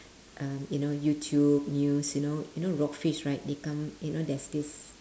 um you know youtube news you know you know raw fish right they come you know there's this